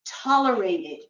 tolerated